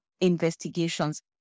investigations